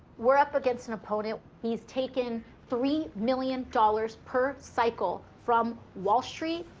we're up against an opponent, he's taken three million dollars per cycle from wall street,